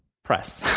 press.